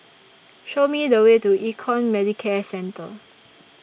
Show Me The Way to Econ Medicare Centre